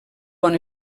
bon